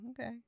okay